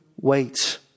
wait